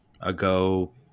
ago